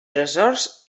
tresors